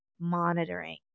monitoring